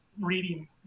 reading